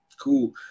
Cool